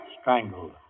Strangled